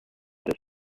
this